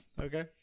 Okay